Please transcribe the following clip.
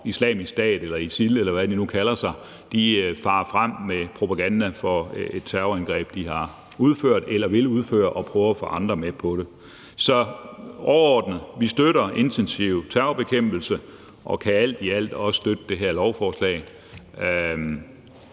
Islamisk Stat eller ISIL, eller hvad de nu kalder sig, farer frem med propaganda for et terrorangreb, de har udført, eller et, de vil udføre, og hvor de prøver at få andre med på det. Så overordnet set støtter vi intensiv terrorbekæmpelse og kan alt i alt også støtte det her lovforslag.